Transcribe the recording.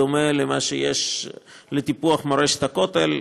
בדומה למה שיש לטיפוח מורשת הכותל.